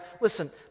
Listen